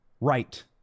right